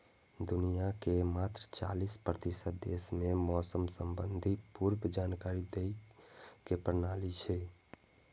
दुनिया के मात्र चालीस प्रतिशत देश मे मौसम संबंधी पूर्व जानकारी दै के प्रणाली छै